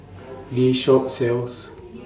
This Shop sells